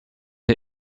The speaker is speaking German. der